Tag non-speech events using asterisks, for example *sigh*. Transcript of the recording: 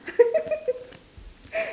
*laughs*